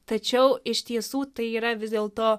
tačiau iš tiesų tai yra vis dėlto